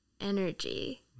energy